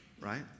right